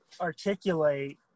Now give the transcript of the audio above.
articulate